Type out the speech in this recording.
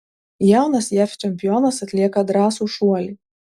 jaunas jav čempionas atlieka drąsų šuolį